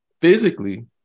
Physically